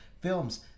films